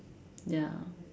ya